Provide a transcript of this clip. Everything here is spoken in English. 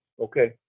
Okay